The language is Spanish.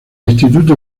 instituto